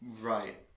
Right